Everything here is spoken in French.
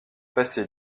passez